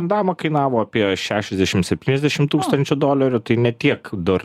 damą kainavo apie šešiasdešim septyniasdešim tūkstančių dolerių tai ne tiek dar